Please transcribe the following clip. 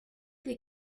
des